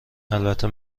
البته